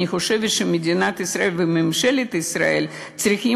אני חושבת שמדינת ישראל וממשלת ישראל צריכות